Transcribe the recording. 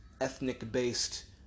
ethnic-based